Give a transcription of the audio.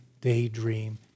daydream